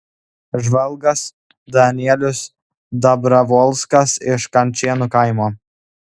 žvalgas danielius dabrovolskas iš kančėnų kaimo